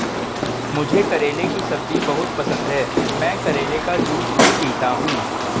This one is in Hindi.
मुझे करेले की सब्जी बहुत पसंद है, मैं करेले का जूस भी पीता हूं